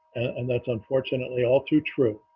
and that's unfortunately all too true,